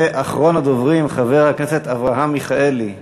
אחרון הדוברים, חבר הכנסת אברהם מיכאלי.